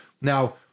Now